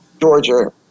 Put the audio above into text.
Georgia